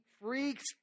freaks